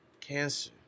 cancer